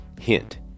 Hint